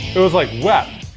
it was like wet,